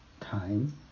time